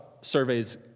surveys